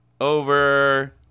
over